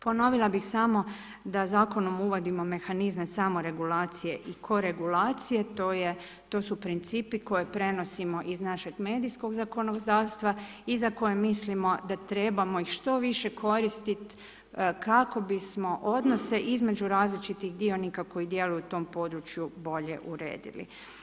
Ponovila bih samo da zakonom uvodimo mehanizme samo regulacije i koregulacije, to su principi koje prenosimo iz našeg medijskog zakonodavstva i za koje mislimo da trebamo ih što više koristit kako bismo odnose između različitih dionika koji djeluju u tom području bolje uredili.